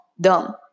dumb